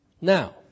Now